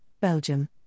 Belgium